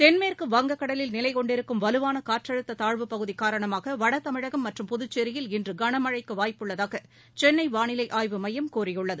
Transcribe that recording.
தென்மேற்கு வங்கக்கூலில் நிலை கொண்டிருக்கும் வலுவான காற்றழுத்த தாழ்வுப்பகுதி காரணமாக வடதமிழகம் மற்றும் புதுச்சேரியில் இன்று கனமழக்கு வாய்ப்புள்ளதாக சென்னை வாளிலை ஆய்வு மையம் கூறியுள்ளது